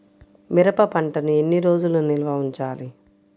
మిరప పంటను ఎన్ని రోజులు నిల్వ ఉంచాలి?